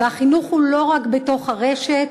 והחינוך הוא לא רק בתוך הרשת,